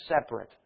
separate